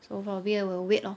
so far we will we'll wait lor